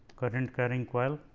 current carrying coil